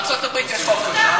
בארצות-הברית יש חוק כזה.